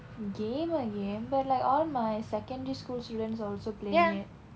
gamer game but like all my secondary school students also playing it